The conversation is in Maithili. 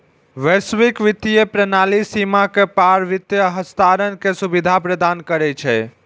वैश्विक वित्तीय प्रणाली सीमा के पार वित्त हस्तांतरण के सुविधा प्रदान करै छै